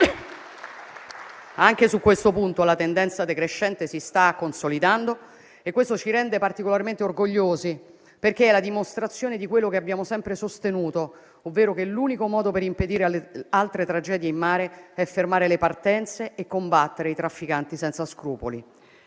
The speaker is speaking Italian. Anche su questo punto la tendenza decrescente si sta consolidando e questo ci rende particolarmente orgogliosi, perché è la dimostrazione di quello che abbiamo sempre sostenuto, ovvero che l'unico modo per impedire altre tragedie in mare è fermare le partenze e combattere i trafficanti senza scrupoli.